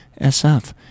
SF